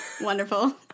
wonderful